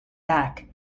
back